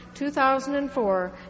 2004